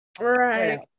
Right